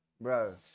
bro